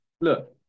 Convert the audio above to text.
look